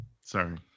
Sorry